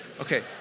Okay